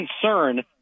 concern